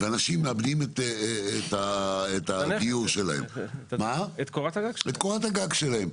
ואנשים מאבדים את קורת הגג שלהם.